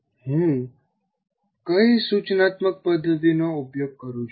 હું કઈ સૂચનાત્મક પદ્ધતિનો ઉપયોગ કરું છું